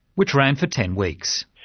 which ran for ten weeks.